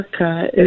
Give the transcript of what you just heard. okay